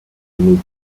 need